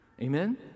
Amen